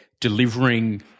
delivering